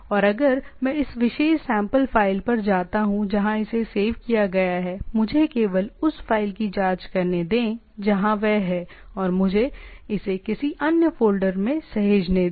और अगर मैं इस विशेष सैंपल फ़ाइल पर जाता हूं जहां इसे सेव किया गया है मुझे केवल उस फ़ाइल की जांच करने दें जहां वह है और मुझे इसे किसी अन्य फ़ोल्डर में सहेजने दें